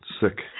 sick